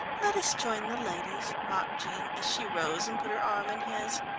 let us join the ladies, mocked jean, as she rose and put her arm in his.